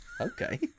okay